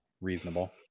Reasonable